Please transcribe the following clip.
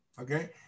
Okay